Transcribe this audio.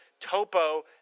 Topo